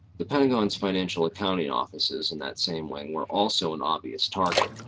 the pentagon's financial accounting offices in that same wing were also an obvious target,